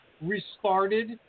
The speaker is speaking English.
restarted